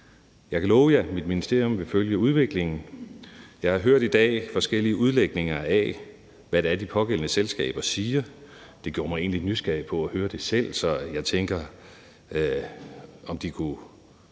Jeg kan love jer, at mit ministerium vil følge udviklingen. Jeg har i dag hørt forskellige udlægninger af, hvad det er, de pågældende selskaber siger. Det gjorde mig egentlig lidt nysgerrig på at høre det selv, så jeg tænker, om de kunne